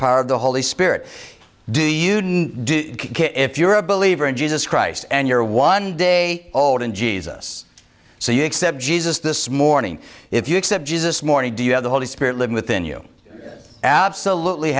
power of the holy spirit do you do if you're a believer in jesus christ and you're one day old in jesus so you accept jesus this morning if you accept jesus morning do you have the holy spirit living within you absolutely